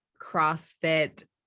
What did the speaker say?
CrossFit